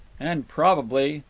and probably,